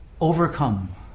overcome